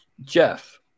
Jeff